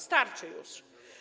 Starczy już.